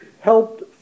helped